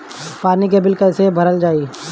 पानी के बिल कैसे भरल जाइ?